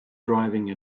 driving